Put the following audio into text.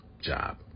job